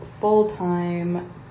full-time